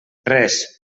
res